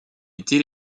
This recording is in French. été